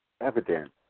evident